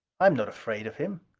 i am not afraid of him.